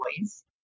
boys